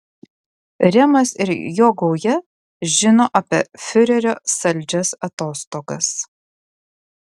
remas ir jo gauja žino apie fiurerio saldžias atostogas